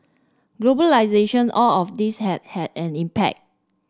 globalisation all of this has had an impact